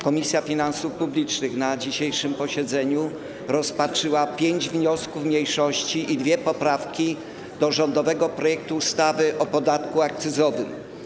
Komisja Finansów Publicznych na dzisiejszym posiedzeniu rozpatrzyła pięć wniosków mniejszości i dwie poprawki do rządowego projektu ustawy o podatku akcyzowym.